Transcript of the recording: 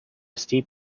steep